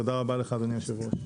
תודה רבה, אדוני היושב-ראש.